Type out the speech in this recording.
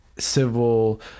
civil